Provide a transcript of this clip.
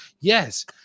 Yes